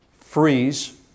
freeze